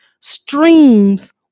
streams